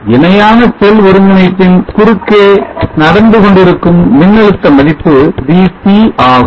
இணையான செல் ஒருங்கிணைப்பின் குறுக்கே நடந்துகொண்டிருக்கும் மின்னழுத்த மதிப்பு VT ஆகும்